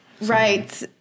right